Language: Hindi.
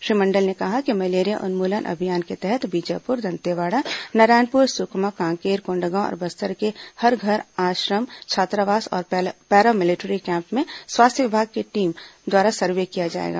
श्री मंडल ने कहा कि मलेरिया उन्मूलन अभियान के तहत बीजापुर दंतेवाड़ा नारायणपुर सुकमा कांकेर कोण्डागांव और बस्तर के हर घर आश्रम छात्रावास तथा पैरामिलिट्री कैम्प में स्वास्थ्य विभाग की टीम द्वारा सर्वे किया जाएगा